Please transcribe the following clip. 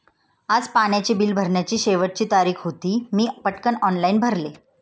आज पाण्याचे बिल भरण्याची शेवटची तारीख होती, मी पटकन ऑनलाइन भरले